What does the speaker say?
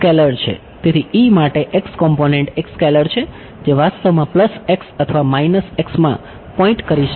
તેથી માટે x component એક સ્કેલર છે જે વાસ્તવમાં પ્લસ x અથવા માઇનસ x માં પોઈન્ટ કરી શકે છે